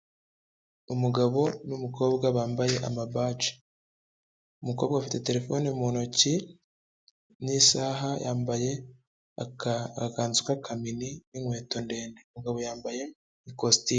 Umugabo n'umukobwa bambaye amabaji. Umukobwa afite terefone mu ntoki n'isaha yambaye agakanzu k'akamini, n'inkweto ndende. Umugabo yambaye ikositimu.